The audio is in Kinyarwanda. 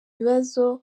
bibazo